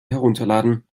herunterladen